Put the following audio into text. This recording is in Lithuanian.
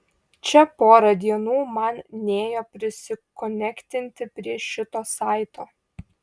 čia porą dienų man nėjo prisikonektinti prie šito saito